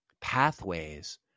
pathways